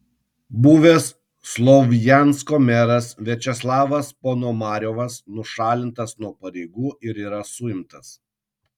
buvęs slovjansko meras viačeslavas ponomariovas nušalintas nuo pareigų ir yra suimtas